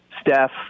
Steph